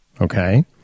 okay